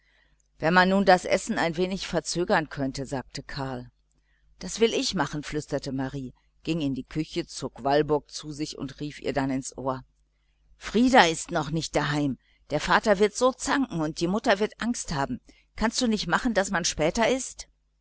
wenn man nur das essen ein wenig verzögern könnte sagte karl das will ich machen flüsterte marie ging in die küche zog walburg zu sich und rief ihr dann ins ohr frieder ist noch nicht daheim der vater wird so zanken und die mutter wird angst haben kannst du nicht machen daß man später ißt